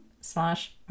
slash